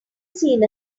seen